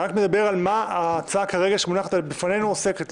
אני רק מדבר על מה ההצעה שמונחת כרגע לפנינו עוסקת,